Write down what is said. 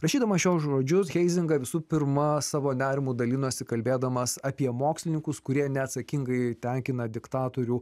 rašydamas šiuos žodžius heizinga visu pirma savo nerimu dalinosi kalbėdamas apie mokslininkus kurie neatsakingai tenkina diktatorių